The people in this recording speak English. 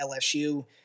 LSU